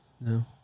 No